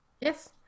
Yes